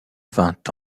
vingt